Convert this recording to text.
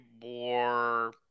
more